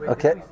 Okay